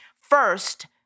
First